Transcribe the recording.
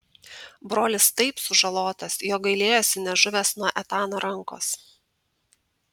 brolis taip sužalotas jog gailėjosi nežuvęs nuo etano rankos